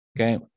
Okay